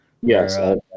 yes